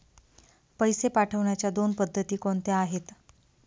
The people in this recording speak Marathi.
पैसे पाठवण्याच्या दोन पद्धती कोणत्या आहेत?